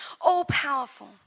all-powerful